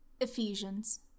Ephesians